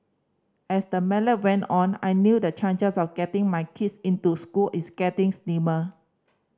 as the melon went on I knew the chances of getting my kids into school it's getting slimmer